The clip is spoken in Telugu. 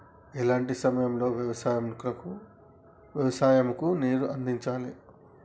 ఎలాంటి సమయం లో వ్యవసాయము కు నీరు అందించాలి?